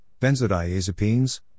benzodiazepines